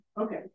Okay